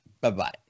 Bye-bye